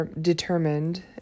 determined